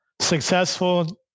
successful